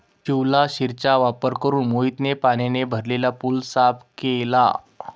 शिवलाशिरचा वापर करून मोहितने पाण्याने भरलेला पूल साफ केला